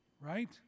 Right